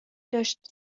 داشت